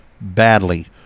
badly